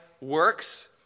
works